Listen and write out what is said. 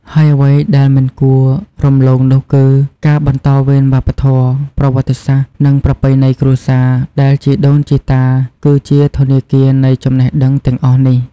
ហើយអ្វីដែលមិនគួររំលងនោះគឺ ការបន្តវេនវប្បធម៌ ប្រវត្តិសាស្រ្ត និងប្រពៃណីគ្រួសារ ដែលជីដូនជីតា គឺជាធនាគារនៃចំណេះដឹងទាំងអស់នេះ។